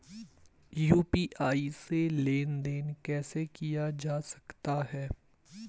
UPI से लेनदेन कैसे किया जा सकता है?